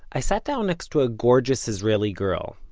i sat down next to a gorgeous israeli girl,